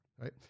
right